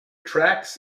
tracks